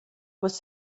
was